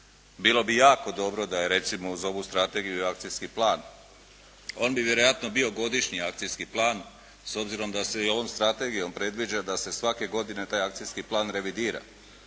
Bilo bi jako dobro da je recimo uz ovu strategiju i akcijski plan. On bi vjerojatno bio godišnji akcijski plan s obzirom da se i ovom strategijom predviđa da se svake godine taj akcijski plan revidira.